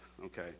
okay